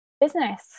business